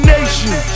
Nation